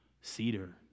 Cedar